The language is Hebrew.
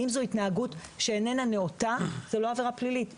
אם זו התנהגות שאיננה נאותה, זה לא עבירה פלילית.